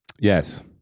Yes